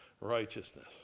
righteousness